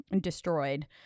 destroyed